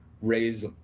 raise